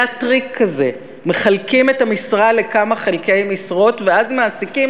היה טריק כזה: מחלקים את המשרה לכמה חלקי משרות ואז מעסיקים